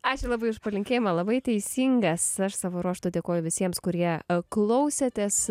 ačiū labai už palinkėjimą labai teisingas aš savo ruožtu dėkoju visiems kurie klausėtės